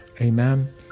Amen